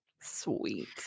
Sweet